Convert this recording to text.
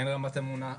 אין רמת אמונה.